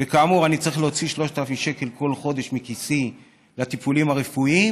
וכאמור אני צריך להוציא 3,000 שקל בכל חודש מכיסי על טיפולים הרפואיים,